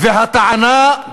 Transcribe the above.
והטענה,